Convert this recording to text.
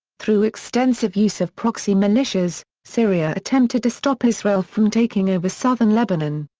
through extensive use of proxy militias, syria attempted to stop israel from taking over southern lebanon.